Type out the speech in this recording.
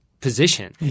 position